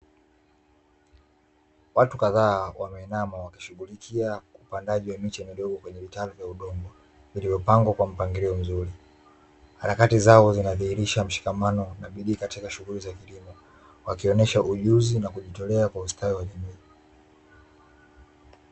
Watu kadhaa wameinama wakishughulikia upandaji wa miche midogo kwenye vitalu vya udongo, vilivyopangwa kwa mpangilio mzuri. Harakati zao zinadhihirisha mshikamano na bidii katika shughuli za kilimo, wakionesha ujuzi na kujitolea kwa ustawi wa jamii.